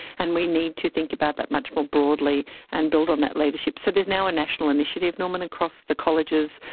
and we need to think about that much more broadly and build on that leadership. so there is now a national initiative, norman, across the colleges,